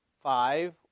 five